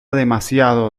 demasiado